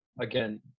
again